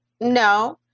no